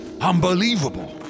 unbelievable